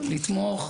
לתמוך,